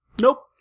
nope